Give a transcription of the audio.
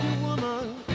woman